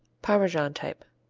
parmesan type.